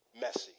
messy